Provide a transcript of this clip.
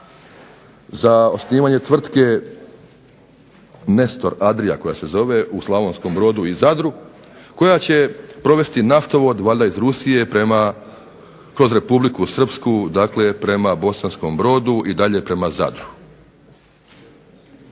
za osnivanje tvrtke NESTOR Adria koja se zove u Slavonskom Brodu i Zadru, koja će provesti naftovod valjda iz Rusije prema, kroz Republiku Srpsku, dakle prema Bosanskom Brodu i dalje prema Zadru.